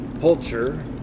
Pulcher